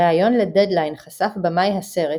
בריאיון ל"דדליין" חשף במאי הסרט,